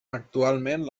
actualment